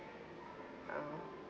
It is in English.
uh